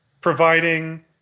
providing